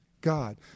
God